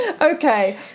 okay